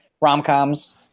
rom-coms